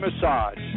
massage